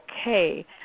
okay